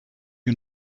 you